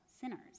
sinners